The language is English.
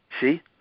See